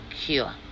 cure